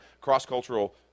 cross-cultural